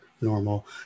normal